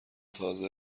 تازه